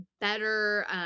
Better